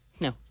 no